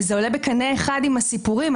זה עולה בקנה אחד עם הסיפורים,